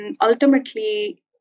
ultimately